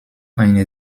eine